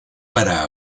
para